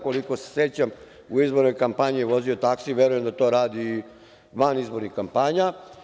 Koliko se sećam u izbornoj kampanji je vozio taksi, verujem da to radi i van izbornih kampanja.